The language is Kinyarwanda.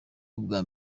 ubwa